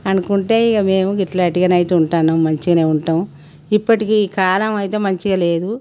అనుకుంటే ఇక మేము గిట్లా అయితే ఉంటాన్నాం మంచిగానే ఉంటాం ఇప్పటికీ ఈ కాలమైతే మంచిగా లేదు